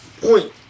point